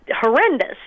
horrendous